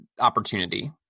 opportunity